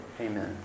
Amen